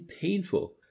painful